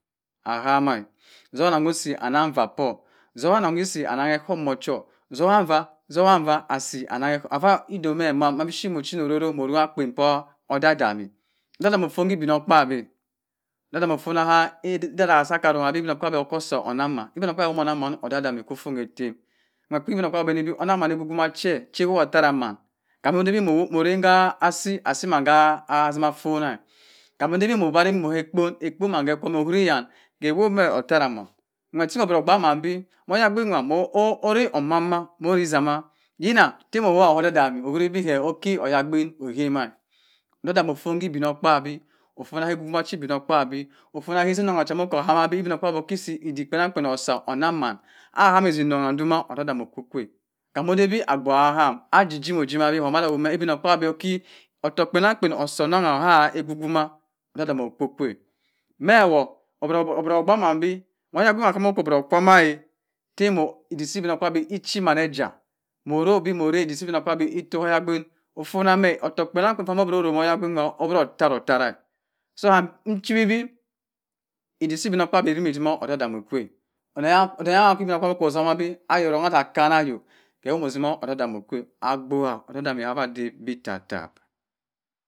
Ayam ma ozum omo si anna va po, ozum osi a ham e'komhom nwu cho, zoka fa, zoka, fa asi annan-ẹ ifa ido oku mẹ ma, man biphrit mo china ka orọrọh mọ oroyi akpen pa odana-odami, odaun-odami ofn mẹ ibinokpaabyi, odam-odami ofa ka idu-daha ibinokpaabyi oko sa onnan man, ibinokpadyi omo onnan man odum-odami ku fon ka ettem, ibinokpaabyi obenbi onnam man ahuma chẹ owobh ttara man kamodabi mo rarnnang ka asi, asi bhe ko asima afonbha, kambi mo bari noh ka ekpon, kam ekpon, kam gi houmi, ke owoa mẹ ottara ma, nwett ting onnon baak man bi ma oyabink nwa mo ra omoman mo ra zama yina ta mo owowbu ka odan-odami owuri ke oki oyabin, idam-odami ofon ki ibinokpaabyi, ofona ki erong kẹ ibinokpabyi ofona ke emon mo si bi ibinokpaaby oki odik kpanankpa osa, onnan man aham ezi onnon duma, odam-odami oko kwa kambi odabi abgubha ko kaham, aki ettem jo ojiwi mada no me ibinokpaabyi ottokh kpannankpa osu onnan ka fuvuma odam-odumi okwa me wu obiro obaak man bi oyabink cha moki obira okwa ma ta odik si ibinokpaabyi osi man echa omra bi ibinokpaabiyi oto ma oyabing nwa odiro ttara, ottara so kam chuwibi ibik si ibinokpaabyi osi odam-odami okwa onnon keya aki ibinokpaabyi osuma bi ayi rong asa kanni ayok ke omma sima odam-odami o kwa abyubha odam odami kafa adawi bẹ tap-tap.